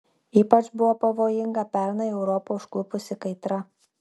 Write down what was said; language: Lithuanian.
ypač buvo pavojinga pernai europą užklupusi kaitra